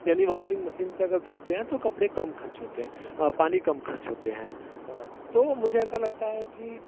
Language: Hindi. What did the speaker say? यानी वॉसिंग मसीन से अगर धुलते हैं तो कपड़े कम खर्च होते हैं पानी कम खर्च होता है तो मुझे ऐसा लगता है कि